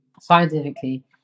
scientifically